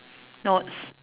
notes